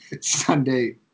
Sunday